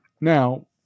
now